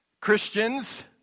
Christians